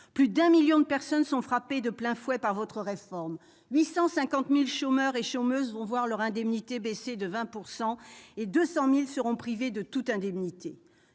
Plus de 1 million de personnes sont frappées de plein fouet par votre réforme ; 850 000 chômeurs verront leurs indemnités baisser de 20 % et 200 000 autres seront privés de toute indemnité.